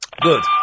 Good